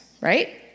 right